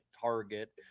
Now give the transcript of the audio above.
Target